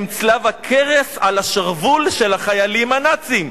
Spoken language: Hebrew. הן צלב הקרס על השרוול של החיילים הנאצים,